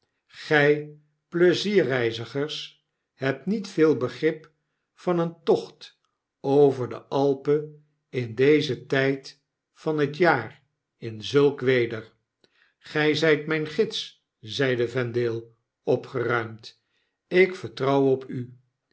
gj pleizierreizigers hebt niet veel begrip van een tocht over de alpen in dezen tjjd van het jaar in zulk weder n gij zgt mijn gids zeide vendale opgeruimd ik vertrouw op u